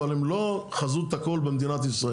אבל הן לא חזות הכל במדינת ישראל.